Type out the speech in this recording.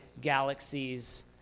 Galaxies